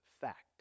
fact